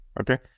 Okay